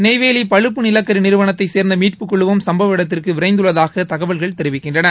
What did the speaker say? நெய்வேலி பழுப்பு நிலக்கரி நிறுவனத்தை சேர்ந்த மீட்புக்குழுவும் சும்பவ இடத்திற்கு விரைந்துள்ளதாக தகவல்கள் தெரிவிக்கின்றன